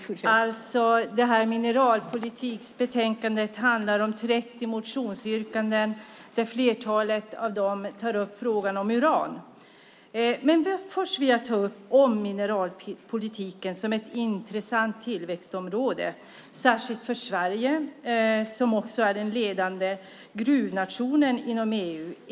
Fru talman! Vi ska nu behandla motionsbetänkande Vissa mineralpolitiska frågor som innehåller 30 motionsyrkanden om mineralpolitik där flertalet tar upp frågan om uran. Mineralnäringen är ett intressant tillväxtområde, särskilt för Sverige som är den ledande gruvnationen inom EU.